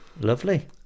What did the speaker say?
lovely